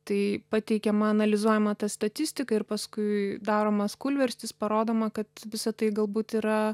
tai pateikiama analizuojama ta statistika ir paskui daromas kūlvirstis parodoma kad visa tai galbūt yra